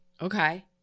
Okay